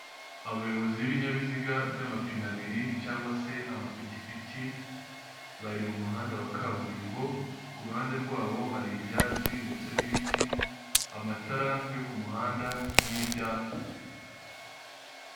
Abayobozi b'ibinyabiziga by'amapine abiri cyangwa se amapikipiki, bari mu muhanda wa kaburimbo, ku ruhande rwawo hari ibyatsi ndetse n'ibiti, amatara yo ku muhanda n'ibyapa.